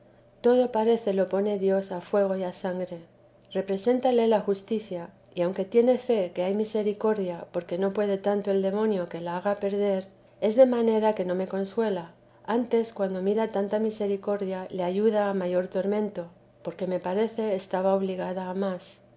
todo parece lo pone dios a fuego y a sangre represéntale la justicia y aunque tiene fe que hay misericordia porque no puede tanto el demonio que la haga perder es de manera que no me consuela antes cuando mira tanta misericordia le ayuda a mayor tormento porque me parece estaba obligada a más